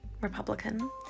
Republican